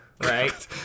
right